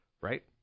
right